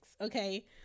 okay